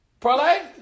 Parlay